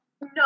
No